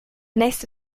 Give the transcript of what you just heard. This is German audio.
nächste